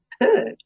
heard